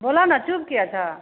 बोलऽ ने चुप्प किएक छऽ